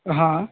ہاں